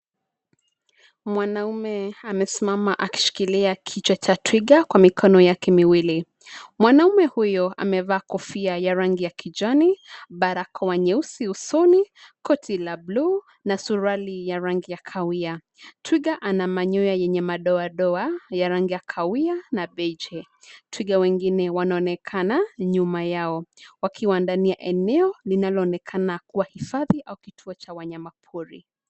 Mwanaume amesimama akishikilia kichwa cha twiga kwa mikono yake miwili. Mwanamume huyo amevaa kofia ya rangi ya kijani, barakoa nyeusi usoni ,koti la bluu na suruali ya rangi ya kawia. Twiga ana manyoya yenye madoa doa ya rangi ya kawia na beije. Twiga wengine wanaonekana nyuma yao wakiwa ndani ya eneo linayoonekana kua hifadhi au kituo cha wanyama pori.